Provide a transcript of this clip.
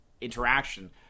interaction